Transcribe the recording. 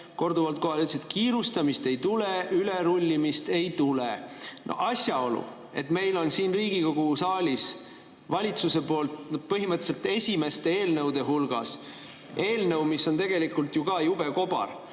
korduvalt kohal, ütlesite, et kiirustamist ei tule, ülerullimist ei tule. Asjaolu, et meil on siin Riigikogu saalis valitsusest tulnud põhimõtteliselt esimeste eelnõude hulgas eelnõu, mis on tegelikult ju ka jube kobar